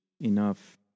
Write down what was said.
enough